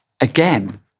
Again